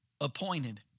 appointed